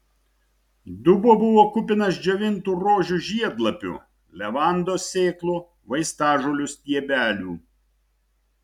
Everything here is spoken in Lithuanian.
dubuo buvo kupinas džiovintų rožių žiedlapių levandos sėklų vaistažolių stiebelių